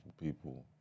people